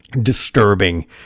Disturbing